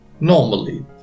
normally